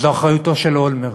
זו אחריותו של אולמרט.